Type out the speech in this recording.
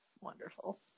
Wonderful